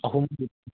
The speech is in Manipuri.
ꯑꯍꯨꯝ